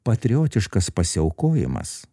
patriotiškas pasiaukojimas